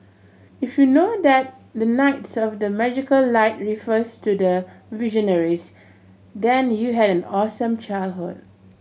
if you know that the knights of the magical light refers to the Visionaries then you had an awesome childhood